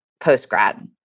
post-grad